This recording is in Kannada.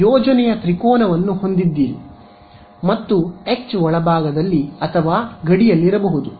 ನೀವು ಯೋಜನೆಯ ತ್ರಿಕೋನವನ್ನು ಹೊಂದಿದ್ದೀರಿ ಮತ್ತು H ಒಳಭಾಗದಲ್ಲಿ ಅಥವಾ ಗಡಿಯಲ್ಲಿರಬಹುದು